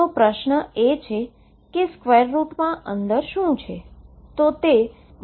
તો પ્રશ્ન એ છે કે સ્ક્વેર રૂટમાં અંદર શું છે